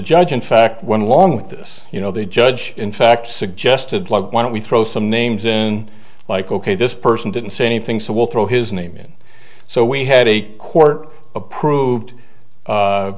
judge in fact one long with this you know the judge in fact suggested why don't we throw some names in like ok this person didn't say anything so we'll throw his name in so we had a court approved